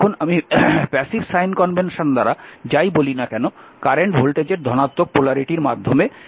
এখন আমি passive sign convention দ্বারা যাই বলি না কেন কারেন্ট ভোল্টেজের ধনাত্মক পোলারিটির মাধ্যমে প্রবেশ করে